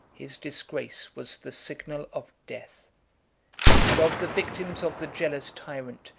his disgrace was the signal of death and of the victims of the jealous tyrant,